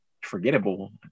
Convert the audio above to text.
forgettable